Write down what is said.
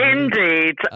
Indeed